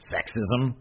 Sexism